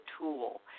tool